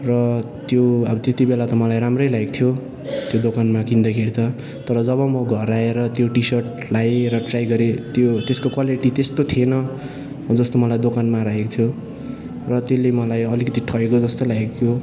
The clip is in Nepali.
र त्यो आबो तेत्ति बेला त मलाई राम्रै लागेक्थ्यो त्यो दोकानमा किन्दा खेरि त तर जब मो घर आएर त्यो टि सर्ट लाएँ र ट्राई गरे त्यो तेसको क्वालिटी तेस्तो थिएन जस्तो मलाई दोकानमा राखेको थ्यो र तेल्ले मलाई अलिकति ठगेको जस्तो लाक्यो